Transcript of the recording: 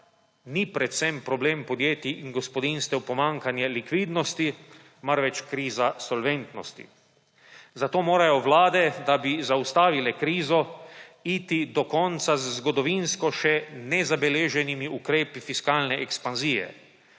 ni predvsem problem podjetij in gospodinjstev pomanjkanje likvidnosti, marveč kriza solventnosti. Zato morajo vlade, da bi zaustavile krizo, iti do konca z zgodovinsko še nezabeleženimi ukrepi fiskalne ekspanzije,